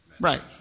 Right